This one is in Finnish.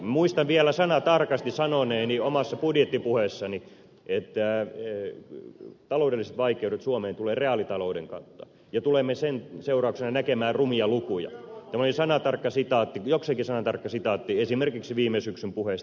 muistan vielä sanatarkasti sanoneeni omassa budjettipuheessani että taloudelliset vaikeudet suomeen tulevat reaalitalouden kautta ja tulemme sen seurauksena näkemään rumia lukuja tämä oli jokseenkin sanatarkka sitaatti esimerkiksi viime syksyn puheesta